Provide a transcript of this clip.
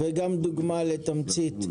וגם דוגמה לתמצית.